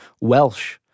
Welsh